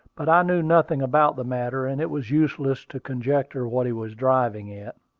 but i knew nothing about the matter, and it was useless to conjecture what he was driving at.